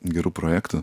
gerų projektų